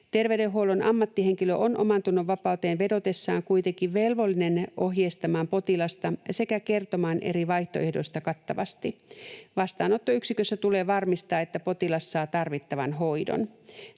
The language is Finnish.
Terveydenhuollon ammattihenkilö on omantunnonvapauteen vedotessaan kuitenkin velvollinen ohjeistamaan potilasta sekä kertomaan eri vaihtoehdoista kattavasti. Vastaanottoyksikössä tulee varmistaa, että potilas saa tarvittavan hoidon.